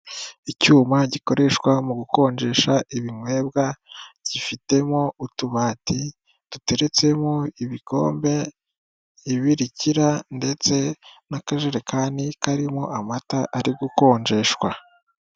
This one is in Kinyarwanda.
Icyuma gikoreshwa mu gukonjesha ibinywebwa gifitemo utubati duteretsemo ibikombe, ibirikira ndetse n'akajerekani karimo amata ari gukonjeshwa.